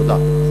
תודה.